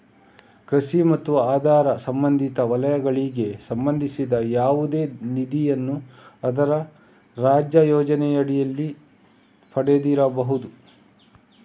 ಕೃಷಿ ಮತ್ತು ಅದರ ಸಂಬಂಧಿತ ವಲಯಗಳಿಗೆ ಸಂಬಂಧಿಸಿದ ಯಾವುದೇ ನಿಧಿಯನ್ನು ಅದರ ರಾಜ್ಯ ಯೋಜನೆಯಡಿಯಲ್ಲಿ ಪಡೆದಿರಬಹುದು